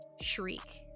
shriek